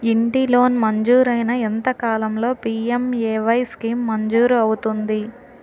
ఇంటి లోన్ మంజూరైన ఎంత కాలంలో పి.ఎం.ఎ.వై స్కీమ్ మంజూరు అవుతుంది?